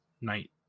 night